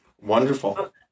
Wonderful